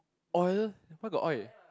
oil where got oil